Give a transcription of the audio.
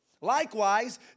Likewise